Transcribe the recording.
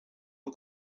aux